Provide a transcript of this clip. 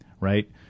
Right